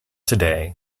today